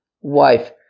wife